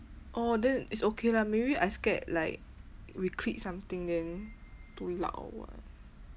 oh then it's okay lah maybe I scared like we click something then too loud or what